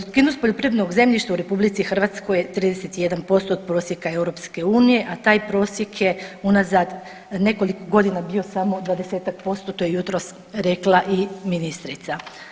Produktivnost poljoprivrednog zemljišta u RH je 31% od prosjeka EU, a taj prosjek je unazad nekoliko godina bio samo 20% to je jutros rekla i ministrica.